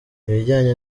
ibijyanye